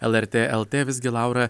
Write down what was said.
lrt lt visgi laura